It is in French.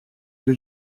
que